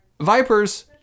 Vipers